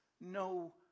no